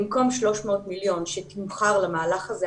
במקום 300 מיליון שתומחר למהלך הזה,